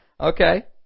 Okay